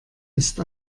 ist